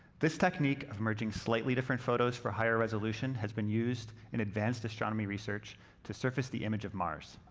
this technique of merging slightly different photos for higher resolution has been used in advanced astronomy research to surface the image of mars,